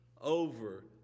over